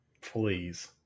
Please